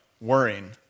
worrying